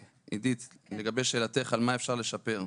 עידית, לגבי שאלתך על מה אפשר לשפר.